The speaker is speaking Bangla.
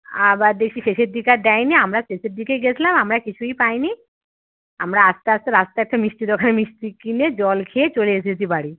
আবার দেখি শেষের দিকে আর দেয়নি আমরা শেষের দিকেই গিয়েছিলাম আমরা কিছুই পাইনি আমরা আসতে আসতে রাস্তায় একটা মিষ্টি দোকানে মিষ্টি কিনে জল খেয়ে চলে এসেছি বাড়ি